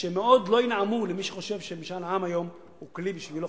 שמאוד לא ינעמו למי שחושב שמשאל עם היום הוא כלי חשוב בשבילו.